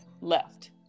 left